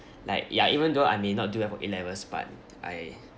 like ya even though I may not do well for A levels but I